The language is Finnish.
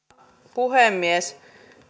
puhemies